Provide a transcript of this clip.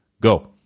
Go